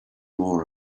more